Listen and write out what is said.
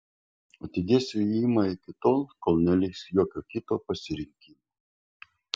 atidėsiu ėjimą iki tol kol neliks jokio kito pasirinkimo